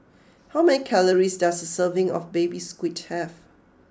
how many calories does a serving of Baby Squid have